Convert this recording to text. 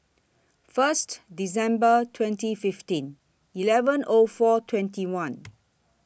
First December twenty fifteen eleven O four twenty one